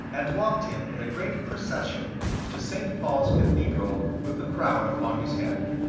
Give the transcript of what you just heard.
and walked him in a great procession to saint paul's cathedral with the crown upon his head.